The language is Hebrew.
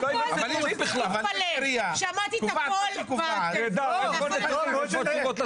תתפלא, שמעתי הכול בטלפון.